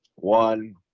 One